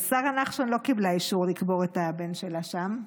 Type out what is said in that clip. אז שרה נחשון לא קיבלה אישור לקבור את הבן שלה שם,